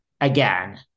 Again